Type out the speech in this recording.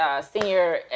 Senior